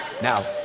Now